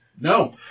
No